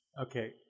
Okay